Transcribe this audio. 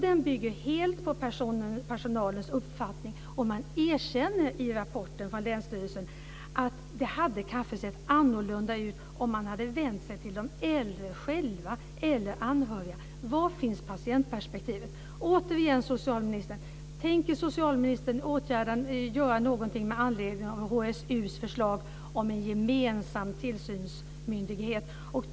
Den bygger helt på personalens uppfattning. Man erkänner i rapporten från länsstyrelsen att det kanske hade sett annorlunda ut om man hade vänt sig till de äldre eller anhöriga. Var finns patientperspektivet? Återigen, socialministern: Tänker socialministern göra någonting med anledning av HSU:s förslag om en gemensam tillsynsmyndighet?